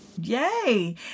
Yay